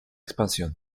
expansión